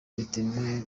bitemewe